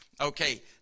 Okay